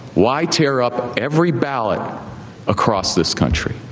why tear up every ballot across this country?